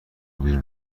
بیرون